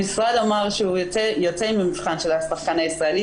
המשרד אמר שהוא יוצא עם המבחן של השחקן הישראלי,